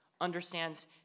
understands